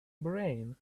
brain